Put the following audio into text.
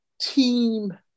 team